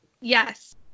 Yes